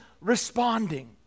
responding